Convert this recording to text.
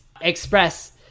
express